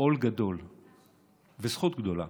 עול גדול וזכות גדולה